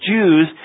Jews